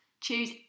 Choose